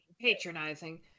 patronizing